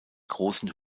großen